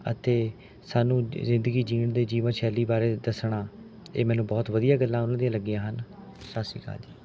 ਅਤੇ ਸਾਨੂੰ ਜ਼ਿੰਦਗੀ ਜੀਣ ਦੇ ਜੀਵਨ ਸ਼ੈਲੀ ਬਾਰੇ ਦੱਸਣਾ ਇਹ ਮੈਨੂੰ ਬਹੁਤ ਵਧੀਆ ਗੱਲਾਂ ਉਨ੍ਹਾਂ ਦੀਆਂ ਲੱਗੀਆਂ ਹਨ ਸਤਿ ਸ਼੍ਰੀ ਆਕਾਲ ਜੀ